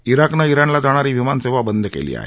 इराकनं इराणला जाणारी विमानसेवा बंद केली आहे